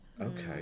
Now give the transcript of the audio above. okay